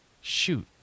Shoot